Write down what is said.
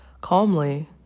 calmly